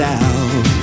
out